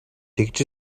тэгж